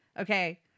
Okay